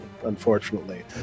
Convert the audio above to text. Unfortunately